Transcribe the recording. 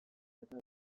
eta